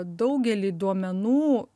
daugelį duomenų